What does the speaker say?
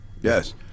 Yes